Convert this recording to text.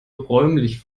räumlich